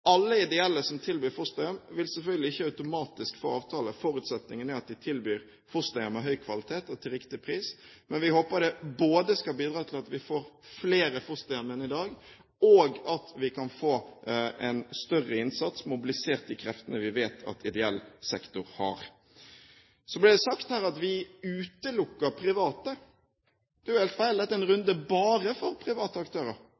Alle ideelle aktører som tilbyr fosterhjem, vil selvfølgelig ikke automatisk få en avtale. Forutsetningen er at de tilbyr fosterhjem med høy kvalitet og til riktig pris. Men vi håper det både skal bidra til at vi får flere fosterhjem enn i dag, og at vi kan få en større innsats, mobilisert de kreftene vi vet at ideell sektor har. Så ble det sagt her at vi utelukker private aktører. Det er jo helt feil! Dette er en